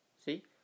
See